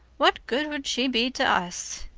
what good would she be to us?